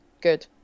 good